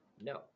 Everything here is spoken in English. No